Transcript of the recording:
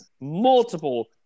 multiple